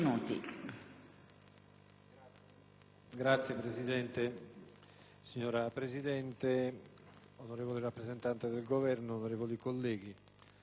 legge n. 1315** Signora Presidente, onorevole rappresentante del Governo, onorevoli colleghi,